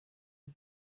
ari